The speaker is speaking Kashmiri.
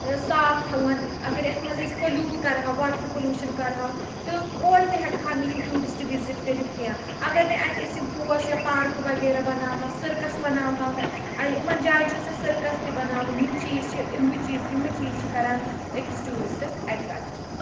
صاف تھاوہون اَگَر یتھ مَنٛز أسۍ پوٚلیوٹ کَرہَو واٹَر پوٚلیوشَن کَرہَو تہٕ اور تہِ ہیٚکہَن نہٕ یِم ٹیورسٹ وِزِٹ کٔرِتھ کینٛہہ اَگَر ناے اَتہِ أسۍ یِم پوش یا پارکہٕ وَغیرہ بَناوہَو سرکَس بَناوہَو نہٕ یِمن جایَن چھ آسان سرکَس تہٕ بَناوٕنۍ یِم چیٖز چھِ یِموٕے چیٖز یِمے چیٖز چھِ کَران أکِس ٹیورِسٹَس اَٹریکٹ